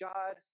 God